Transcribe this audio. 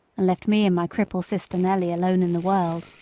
and left me and my cripple sister nelly alone in the world,